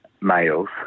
Males